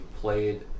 played